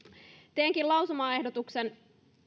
teenkin lausumaehdotuksen